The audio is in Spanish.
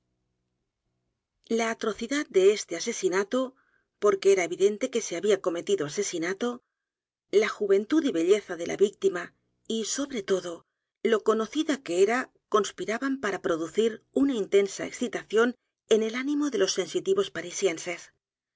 la atrocidad de este asesinato porque era evidente que se había cometido asesinato la juventud y belleza de la víctima y sobre todo lo conocida que era conspiraban p a r a producir una intensa excitación en el ánimo de los sensitivos